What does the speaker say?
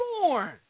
born